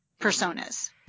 personas